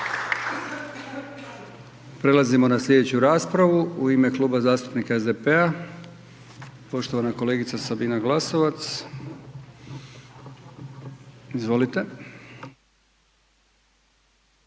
Prelazimo na slijedeću raspravu. U ime Kluba zastupnika SDP-a poštovana kolegica Sabina Glasovac. Izvolite.